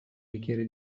bicchiere